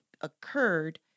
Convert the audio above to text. occurred